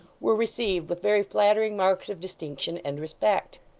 were received with very flattering marks of distinction and respect.